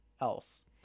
else